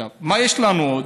עכשיו, מה יש לנו עוד?